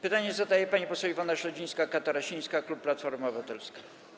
Pytanie zadaje pani poseł Iwona Śledzińska-Katarasińska, klub Platforma Obywatelska.